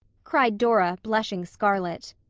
cried dora, blushing scarlet.